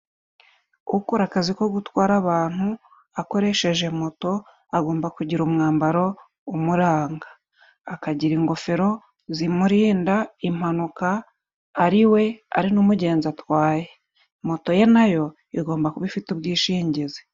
Ukora akazi ko gutwara abantu akoresheje moto agomba kugira umwambaro umuranga. Akagira ingofero zimurinda impanuka ariwe ari n'umugenzi atwaye. Moto ye na yo igomba kuba ifite ubwishingizi.